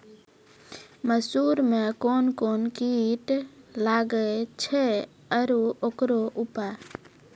मसूर मे कोन कोन कीट लागेय छैय आरु उकरो उपाय?